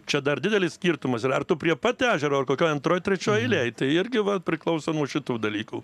čia dar didelis skirtumas ir ar tu prie pat ežero ar kokioj antroj trečioj eilėj tai irgi va priklauso nuo šitų dalykų